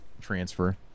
transfer